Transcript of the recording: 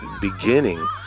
beginning